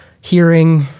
hearing